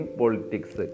politics